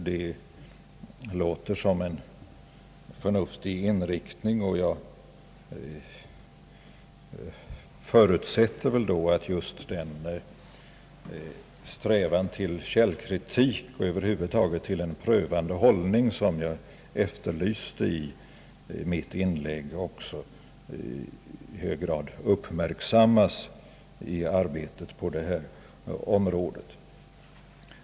Det låter som om det är en förnuftig inriktning, och jag förutsätter att just den strävan till självkritik och över huvud taget till en prövande hållning, som jag efterlyste i mitt inlägg, också i hög grad uppmärksammas i arbetet på detta område.